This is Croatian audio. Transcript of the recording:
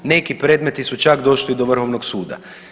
Neki predmeti su čak došli do Vrhovnog suda.